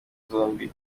zombi